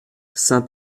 saint